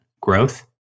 growth